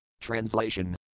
Translation